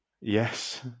Yes